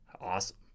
awesome